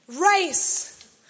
race